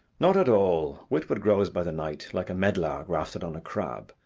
not at all witwoud grows by the knight like a medlar grafted on a crab.